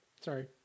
Sorry